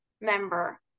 member